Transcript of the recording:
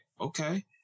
okay